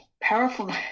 powerful